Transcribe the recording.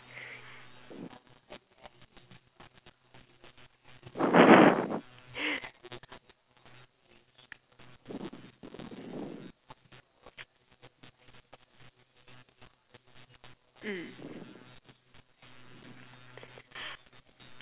(mm